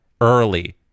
early